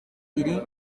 iri